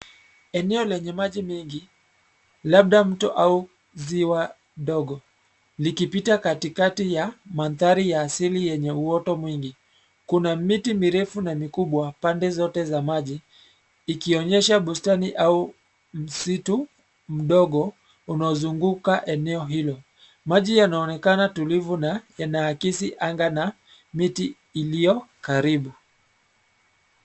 Eneo lenye maji mengi, labda mto au, ziwa, ndogo, likipita katikati ya mandhari ya asili yenye uoto mwingi, kuna miti mirefu na mikubwa pande zote za maji, ikionyesha bustani au, msitu mdogo, unaozunguka eneo hilo. Maji yanaonekana tulivu na yanaakisi anga na miti iliyo karibu.